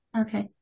Okay